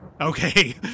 Okay